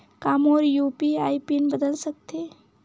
का मोर UPI PIN बदल सकथे?